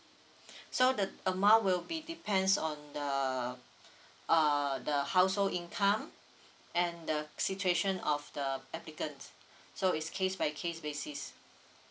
so the amount will be depends on the uh the household income and the situation of the applicant so it's case by case basis